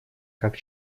как